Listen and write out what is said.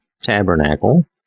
Tabernacle